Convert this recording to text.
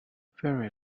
fairy